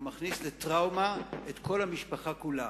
הוא מכניס לטראומה את כל המשפחה כולה.